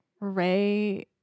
Ray